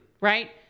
Right